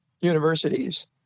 universities